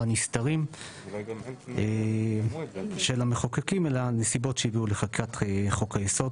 הנסתרים של המחוקקים אלא נסיבות שהביאו לחקיקת חוק היסוד